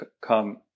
come